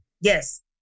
Yes